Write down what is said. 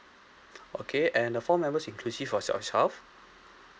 okay and the four members inclusive of yourself